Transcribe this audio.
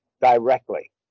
directly